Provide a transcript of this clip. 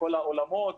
באולמות,